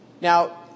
Now